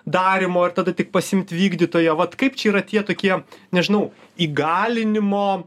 darymo ir tada tik pasiimti vykdytoją vat kaip čia yra tie tokie nežinau įgalinimo